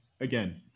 again